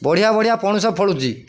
ବଢିଆ ବଢ଼ିଆ ପଣସ ଫଳୁଛି